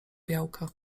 białka